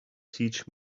teach